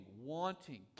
wanting